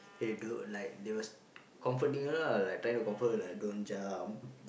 they do like they were comforting her lah like trying to comfort her like don't jump